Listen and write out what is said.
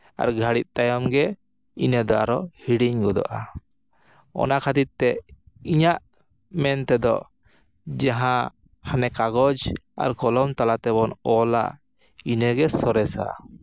ᱟᱨ ᱜᱷᱟᱹᱲᱤᱡ ᱛᱟᱭᱚᱢ ᱜᱮ ᱤᱱᱟᱹ ᱫᱚ ᱟᱨᱚ ᱦᱤᱲᱤᱧ ᱜᱚᱫᱚᱜᱼᱟ ᱚᱱᱟ ᱠᱷᱟᱹᱛᱤᱨ ᱛᱮ ᱤᱧᱟᱹᱜ ᱢᱮᱱ ᱛᱮᱫᱚ ᱡᱟᱦᱟᱸ ᱦᱟᱱᱮ ᱠᱟᱜᱚᱡᱽ ᱟᱨ ᱠᱚᱞᱚᱢ ᱛᱟᱞᱟ ᱛᱮᱵᱚᱱ ᱚᱞᱟ ᱤᱱᱟᱹᱜᱮ ᱥᱚᱨᱮᱥᱟ